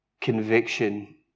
conviction